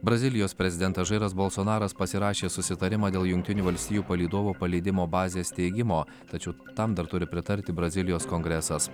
brazilijos prezidentas žairas bolsonaras pasirašė susitarimą dėl jungtinių valstijų palydovo paleidimo bazės steigimo tačiau tam dar turi pritarti brazilijos kongresas